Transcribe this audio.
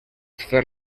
fer